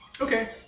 Okay